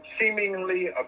seemingly